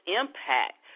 impact